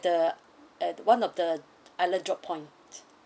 the at one of the island drop point